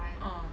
uh